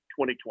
2020